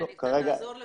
אני קצת אעזור לך,